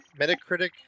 Metacritic